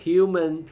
Human